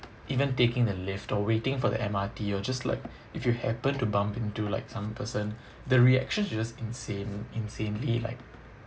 even taking the lift or waiting for the M_R_T or just like if you happen to bump into like some person the reactions are just insane insanely like